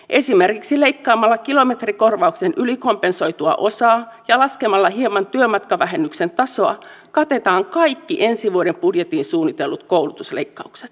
esimerkiksi leikkaamalla kilometrikorvauksen ylikompensoitua osaa ja laskemalla hieman työmatkavähennyksen tasoa katetaan kaikki ensi vuoden budjettiin suunnitellut koulutusleikkaukset